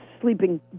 sleeping